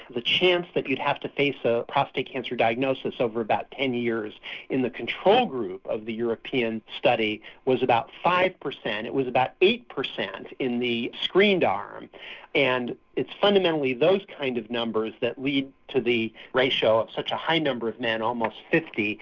the chance that you'd have to face a prostate cancer diagnosis over about ten years in the control group of the european study was about five percent. it was about eight percent in the screened arm and it's fundamentally those kind of numbers that lead to the ratio of such a high number of men, almost fifty,